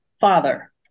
father